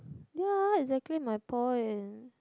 yea exactly my point